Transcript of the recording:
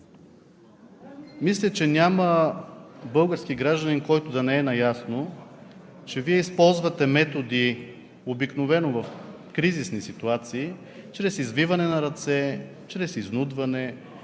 Мисля, че няма български гражданин, който да не е наясно, че Вие използвате методи обикновено в кризисни ситуации чрез извиване на ръце, изнудване,